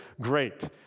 great